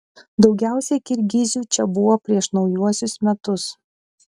daugiausiai kirgizių čia buvo prieš naujuosius metus